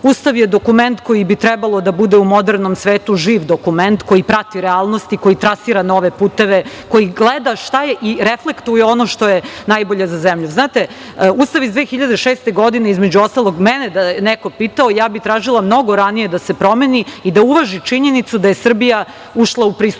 je dokument koji bi trebalo da bude u modernom svetu živ dokument koji prati realnosti, koji trasira nove puteve, koji gleda šta je i reflektuje ono što je najbolje za zemlju. Znate, Ustav iz 2006. godine, između ostalog mene da je neko pitao, ja bi tražila mnogo ranije da se promeni i da uvaži činjenicu da je Srbija ušla u pristupni